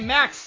Max